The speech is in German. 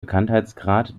bekanntheitsgrad